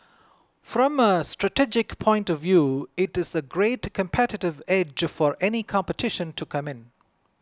from a strategic point of view it's a great competitive edge for any competition to come in